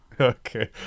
Okay